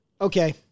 Okay